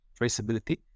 traceability